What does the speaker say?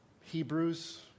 Hebrews